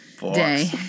Day